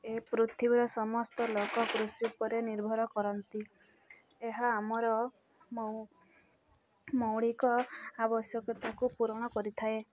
ଏ ପୃଥିବୀର ସମସ୍ତ ଲୋକ କୃଷି ଉପରେ ନିର୍ଭର କରନ୍ତି ଏହା ଆମର ମୌଳିକ ଆବଶ୍ୟକତାକୁ ପୂରଣ କରିଥାଏ